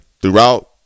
throughout